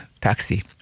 taxi